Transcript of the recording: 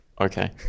Okay